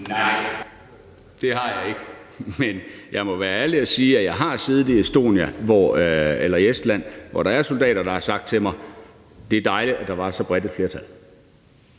Nej, det har jeg ikke, men jeg må være ærlig og sige, at jeg har oplevet i Estland, at soldater har sagt til mig, at det var dejligt, at der var så bredt et flertal